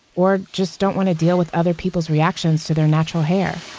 or just don't want to deal with other people's reactions to their natural hair